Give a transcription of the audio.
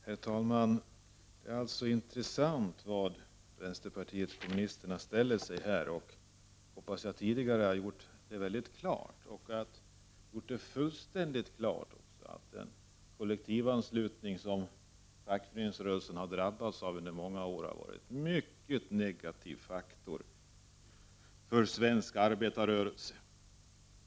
Herr talman! Det är alltså intressant var vänsterpartiet kommunisterna ställer sig i den här frågan. Jag hoppas att jag tidigare också har gjort det fullständigt klart, att den kollektivanslutning som fackföreningsrörelsen un der många år har varit drabbad av har inneburit en mycket negativ faktor för svensk arbetarrörelse.